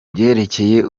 byerekeye